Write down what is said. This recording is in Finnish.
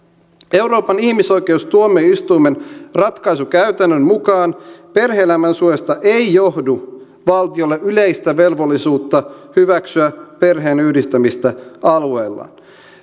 euroopan ihmisoikeustuomioistuimen ratkaisukäytännön mukaan perhe elämän suojasta ei johdu valtiolle yleistä velvollisuutta hyväksyä perheenyhdistämistä alueellaan